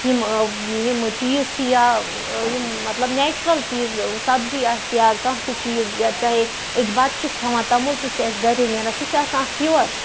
یِم یِم چیٖز چھُ یا یِم مطلب نیچرَل چیٖز سبزی آسہِ یا کانٛہہ تہِ چیٖز یا چاہے أسۍ بَتہٕ چھِ کھٮ۪وان تَمُل تہِ چھِ اَسہِ گَرے نیران سُہ چھُ آسان اَکھ پیُور